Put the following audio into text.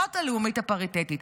זאת הלאומית הפריטטית.